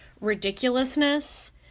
ridiculousness